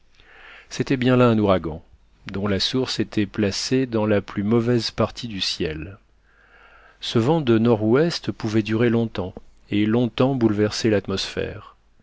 c'était bien là un ouragan dont la source était placée dans la plus mauvaise partie du ciel ce vent de nord-est pouvait durer longtemps et longtemps bouleverser l'atmosphère